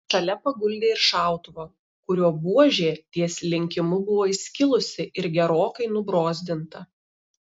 šalia paguldė ir šautuvą kurio buožė ties linkimu buvo įskilusi ir gerokai nubrozdinta